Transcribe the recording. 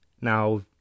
Now